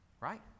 Right